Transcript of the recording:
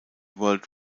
world